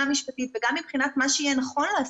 משפטית וגם מבחינת מה שיהיה נכון לעשות,